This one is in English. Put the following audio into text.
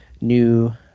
new